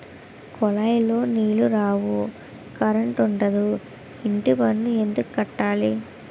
కులాయిలో నీలు రావు కరంటుండదు ఇంటిపన్ను ఎందుక్కట్టాల